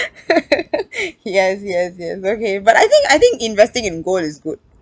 yes yes yes okay but I think I think investing in gold is good